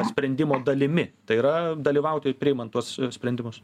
sprendimo dalimi tai yra dalyvauti ir priimant tuos sprendimus